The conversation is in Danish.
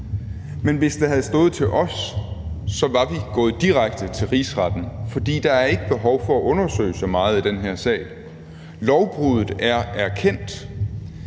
Men hvis det havde stået til os, var vi gået direkte til Rigsretten, for der er ikke behov for at undersøge så meget i den her sag. Lovbruddet er erkendt.